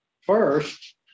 First